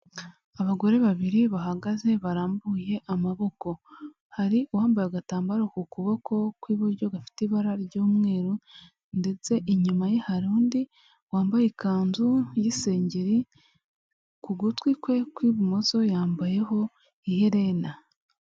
Abagore babiri bahagaze barambuye amaboko, hari uwambaye agatambaro ku kuboko kw'iburyo gafite ibara ry'umweru ndetse inyuma ye hari undi wambaye ikanzu y'isengeri, ku gutwi kwe kw'ibumoso yambayeho iherena.